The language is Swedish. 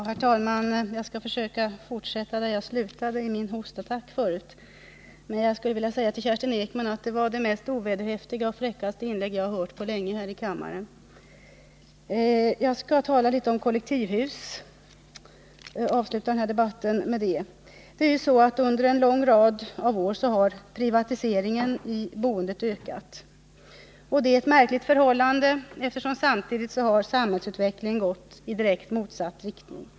Herr talman! Jag skall försöka fortsätta där jag slutade efter min hostattack förut. Men jag skulle först till Kerstin Ekman vilja säga att hennes anförande var det mest ovederhäftiga och fräcka inlägg jag har hört på länge här i kammaren. Jag skall avsluta den här debatten genom att tala litet om kollektivhus. Under en lång rad av år har privatiseringen i boendet ökat. Det är ett märkligt förhållande, eftersom samhällsutvecklingen i övrigt samtidigt gått i direkt motsatt riktning.